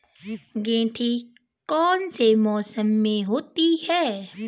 गेंठी कौन से मौसम में होती है?